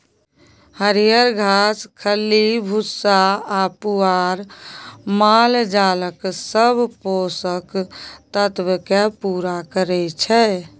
हरियर घास, खल्ली भुस्सा आ पुआर मालजालक सब पोषक तत्व केँ पुरा करय छै